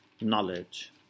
knowledge